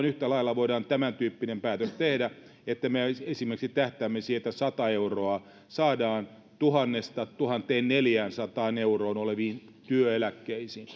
yhtä lailla voidaan tämäntyyppinen päätös tehdä että me esimerkiksi tähtäämme siihen että sata euroa saadaan tuhannesta tuhanteenneljäänsataan euroon oleviin työeläkkeisiin